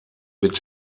mit